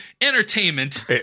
Entertainment